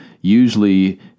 usually